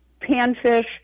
panfish